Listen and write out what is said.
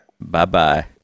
Bye-bye